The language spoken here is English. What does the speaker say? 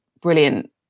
brilliant